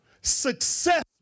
Success